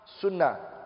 Sunnah